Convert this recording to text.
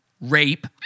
rape